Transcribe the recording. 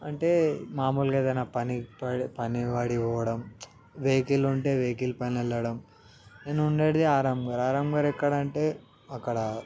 అంటే మామూలుగేదైనా పని పడి పని పడ పోవడం వెహికిల్ ఉంటే వెహికిల్ పైనెళ్ళడం నేను ఉండేడిది ఆరంగర్ ఆరంగర్ ఎక్కడంటే అక్కడ